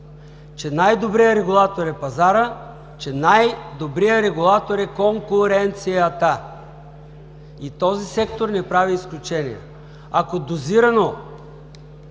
че най-добър регулатор е пазарът, че най-добрият регулатор е конкуренцията. И този сектор не прави изключение. Ако дозирано